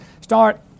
start